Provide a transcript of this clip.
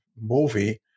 movie